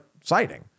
citing